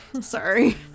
Sorry